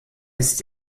ist